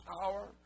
power